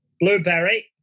blueberry